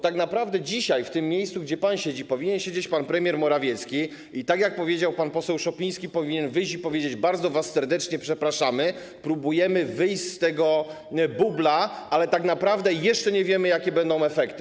Tak naprawdę dzisiaj na miejscu, na którym pan siedzi, powinien siedzieć pan premier Morawiecki i tak, jak powiedział pan poseł Szopiński, powinien wyjść i powiedzieć: Bardzo was serdecznie przepraszamy, próbujemy wyjść z tego bubla, ale tak naprawdę jeszcze nie wiemy, jakie będą efekty.